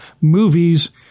movies